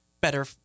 better